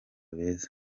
beza